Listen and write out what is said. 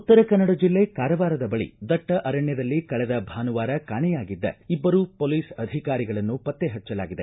ಉತ್ತರ ಕನ್ನಡ ಜಿಲ್ಲೆ ಕಾರವಾರದ ಬಳಿ ದಟ್ಟ ಅರಣ್ಯದಲ್ಲಿ ಕಳೆದ ಭಾನುವಾರ ಕಾಣೆಯಾಗಿದ್ದ ಇಬ್ಬರು ಮೊಲೀಸ್ ಅಧಿಕಾರಿಗಳನ್ನು ಪತ್ತೆ ಪಚ್ಚಲಾಗಿದೆ